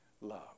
love